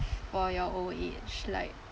for your old age like